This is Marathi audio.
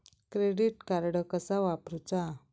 क्रेडिट कार्ड कसा वापरूचा?